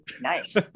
Nice